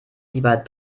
lieber